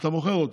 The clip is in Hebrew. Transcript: ואתה מוכר אותה,